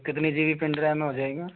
कितनी GB pen drive में हो जाएगा